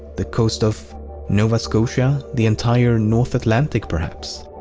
the coast of nova scotia? the entire north atlantic perhaps?